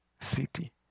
city